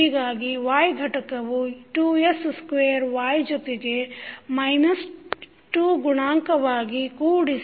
ಹೀಗಾಗಿ y ಘಟಕವು 2s square y ಜೊತೆಗೆ ಮೈನಸ್ 2 ಗುಣಾಂಕವಾಗಿ ಕೂಡಿಸಿ